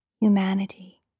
humanity